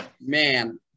Man